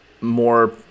more